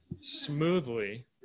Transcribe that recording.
smoothly